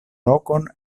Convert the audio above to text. lokon